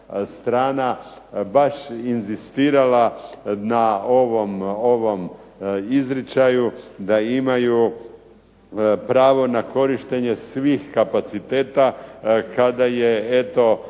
baš inzistirala na ovom izričaju da imaju pravo na korištenje svih kapaciteta kada je eto